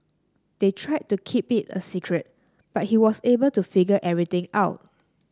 they tried to keep it a secret but he was able to figure everything out